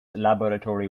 laboratory